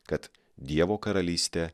kad dievo karalystė